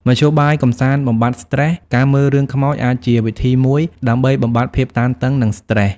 មធ្យោបាយកម្សាន្តបំបាត់ស្ត្រេស ការមើលរឿងខ្មោចអាចជាវិធីមួយដើម្បីបំបាត់ភាពតានតឹងនិងស្ត្រេស។